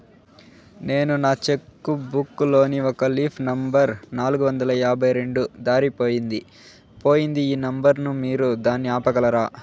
నేను నా cheque book లోని ఒక లీఫ్ నెంబర్ నాలుగు వందల యాభై రెండు దారిపొయింది పోయింది ఈ నెంబర్ ను మీరు దాన్ని ఆపగలరా?